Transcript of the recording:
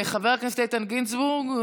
חבר הכנסת איתן גינזבורג.